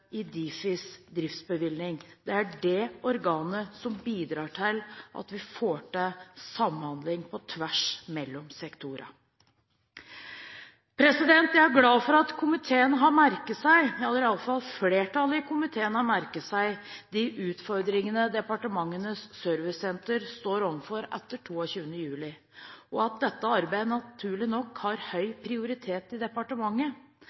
i Difis driftsbevilgning. Det er det organet som bidrar til at vi får til samhandling på tvers av sektorer. Jeg er glad for at komiteen – eller iallfall flertallet i komiteen – har merket seg de utfordringene Departementenes servicesenter står overfor etter 22. juli. Dette arbeidet har naturlig nok høy prioritet i departementet.